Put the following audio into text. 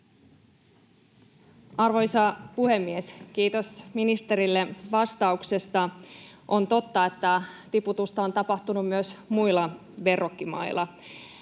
Arvoisa puhemies! Kiitos ministerille vastauksesta. On totta, että tiputusta on tapahtunut myös muilla verrokkimailla,